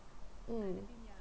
mm